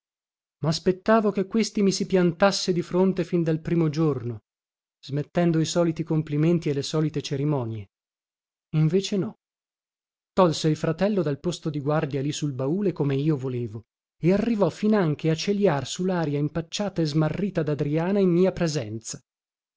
papiano maspettavo che questi mi si piantasse di fronte fin dal primo giorno smettendo i soliti complimenti e le solite cerimonie invece no tolse il fratello dal posto di guardia lì sul baule come io volevo e arrivò finanche a celiar su laria impacciata e smarrita dadriana in mia presenza